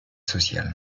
sociales